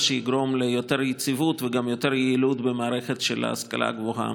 מה שיגרום ליותר יציבות וגם יותר יעילות במערכת ההשכלה הגבוהה.